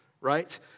right